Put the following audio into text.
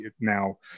now